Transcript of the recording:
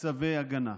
צווי הגנה.